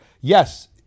Yes